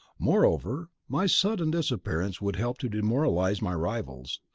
moreover, my sudden disappearance would help to demoralize my rivals.